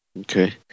Okay